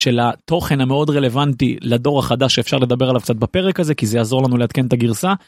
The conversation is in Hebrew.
של התוכן המאוד רלוונטי לדור החדש שאפשר לדבר עליו קצת בפרק הזה כי זה יעזור לנו לעדכן את הגרסה.